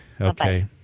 Okay